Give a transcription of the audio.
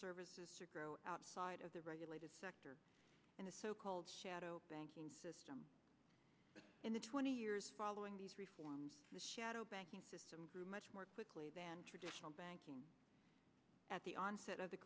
services to grow outside of the regulated sector in a so called shadow banking system but in the twenty years following these reforms the shadow banking system grew much more quickly than traditional banking at the onset of the